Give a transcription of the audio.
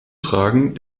tragen